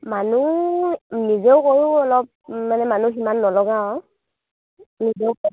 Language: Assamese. মানুহ নিজেও কৰোঁ অলপ মানে মানুহ সিমান নলগাও আৰু নিজেও